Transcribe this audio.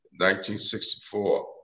1964